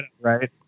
right